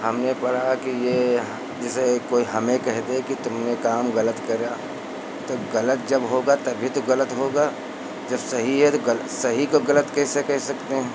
हमने पढ़ा कि यह जैसे कोई हमें कह दे कि तुमने काम गलत करा तो गलत जब होगा तभी तो गलत होगा जब सही है तो सही को गलत कैसे कह सकते हैं